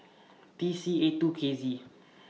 T C eight two K Z